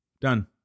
Done